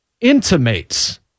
intimates